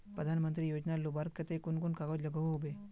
प्रधानमंत्री योजना लुबार केते कुन कुन कागज लागोहो होबे?